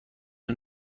اون